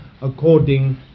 according